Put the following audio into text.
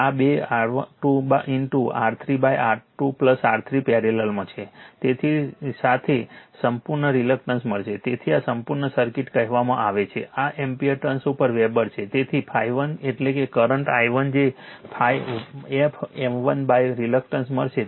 આ બે R2 R3 R2 R3 પેરેલલમાં છે તેની સાથે સંપૂર્ણ રિલક્ટન્સ મળશે તેથી આ સંપૂર્ણ સર્કિટ કહેવામાં આવે છે આ એમ્પીયર ટર્ન્સ પર વેબર છે તેથી ∅1 એટલે કે કરંટ i1 જે f m1 બાય રિલક્ટન્સ મળશે